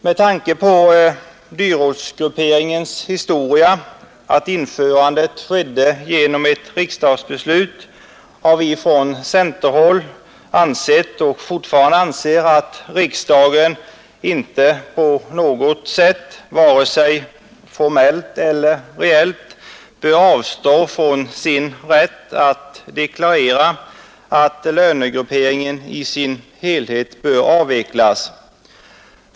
Med tanke på ortsgrupperingens historia — den infördes genom ett riksdagsbeslut — anser vi på centerhåll att riksdagen inte på något sätt, vare sig formellt eller reellt, bör avstå från sin rätt att deklarera att lönegrupperingen i sin helhet bör avvecklas.